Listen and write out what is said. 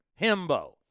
Himbo